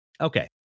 Okay